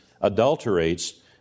adulterates